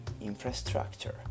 infrastructure